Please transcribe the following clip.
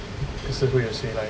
eh so 会有谁来